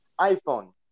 iPhone